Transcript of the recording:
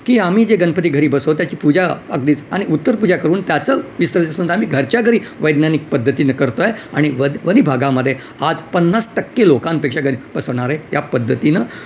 की आम्ही जे गणपती घरी बसव त्याची पूजा अगदीच आणि उत्तर पूजा करून त्याचं आम्ही घरच्या घरी वैज्ञानिक पद्धतीनं करतो आहे आणि वध वणी भागामध्ये आज पन्नास टक्के लोकांपेक्षा घरी बसवणारे या पद्धतीनं